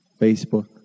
Facebook